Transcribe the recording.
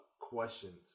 questions